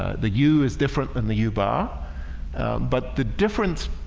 the u is different than the u bar but the difference,